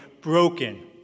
broken